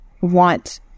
want